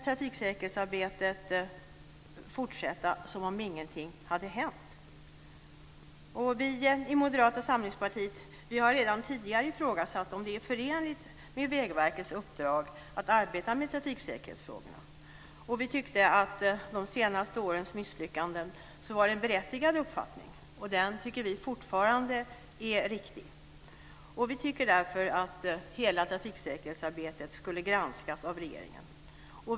Vi i Moderata samlingspartiet har redan tidigare ifrågasatt om det är förenligt med Vägverkets uppdrag att arbeta med trafiksäkerhetsfrågorna. Vi tyckte att de senaste årens misslyckanden gjorde att det var en berättigad uppfattning. Den tycker vi fortfarande är riktig. Vi tyckte därför att hela trafiksäkerhetsarbetet skulle granskas av regeringen.